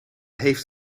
heeft